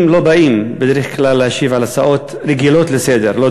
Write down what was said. לא באים בדרך כלל להשיב על הצעות רגילות לסדר-היום,